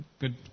good